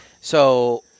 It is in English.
So-